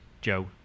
Joe